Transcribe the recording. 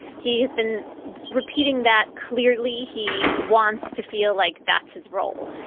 he has been repeating that clearly he wants to feel like that's his role.